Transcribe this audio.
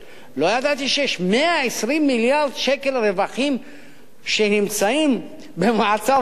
לא ידעתי שיש 120 מיליארד שקל רווחים שנמצאים ב"מעצר בית",